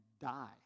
die